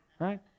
right